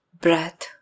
breath